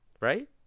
Right